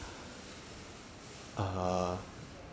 err